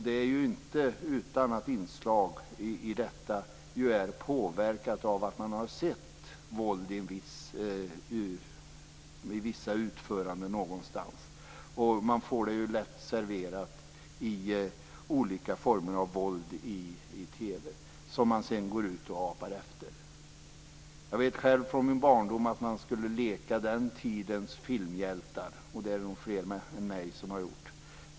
Det är inte utan att detta är påverkat av att man har sett våld i vissa utföranden någonstans. Man får det lätt serverat i olika former av våld i TV som man ser apar efter. Jag vet själv från min barndom hur man skulle leka den tidens filmhjältar. Det är nog fler än jag som har gjort det.